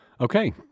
Okay